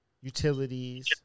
utilities